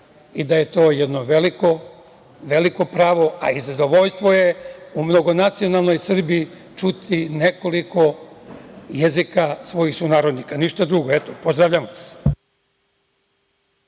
i da je to jedno veliko pravo, a i zadovoljstvo je u mnogonacionalnoj Srbiji čuti nekoliko jezika svojih sunarodnika, ništa drugo. Pozdravljam vas.